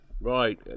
Right